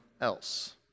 else